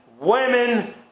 women